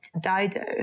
Dido